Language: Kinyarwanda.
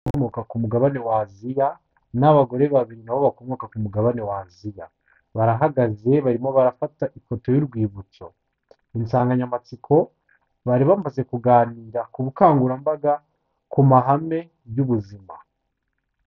Komoka ku mugabane w'Asia n'abagore babiri na bo bakomoka ku mugabane w'Asia, barahagaze barimo barafata ifoto y'urwibutso. Insanganyamatsiko; bari bamaze kuganira ku bukangurambaga ku mahame y'ubuzima.